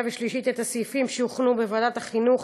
ושלישית את הסעיפים שהוכנו בוועדת החינוך,